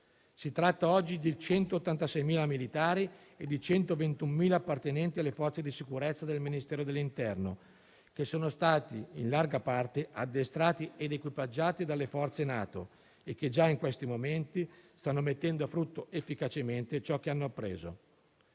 Si tratta oggi di 186.000 militari e di 121.000 appartenenti alle forze di sicurezza del Ministero dell'interno che sono stati in larga parte addestrati ed equipaggiati dalle forze NATO e che già in questi momenti stanno mettendo a frutto efficacemente ciò che hanno appreso.